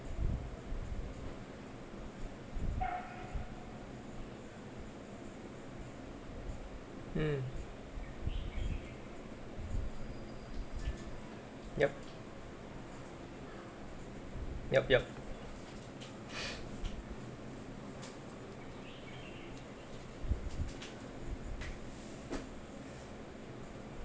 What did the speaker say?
mm yup yup yup